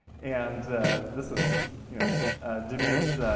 and this is you know demuth's